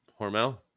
Hormel